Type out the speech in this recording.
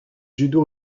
judo